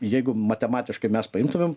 jeigu matematiškai mes paimtumėm